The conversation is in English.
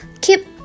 keep